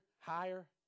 higher